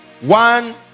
one